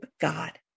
God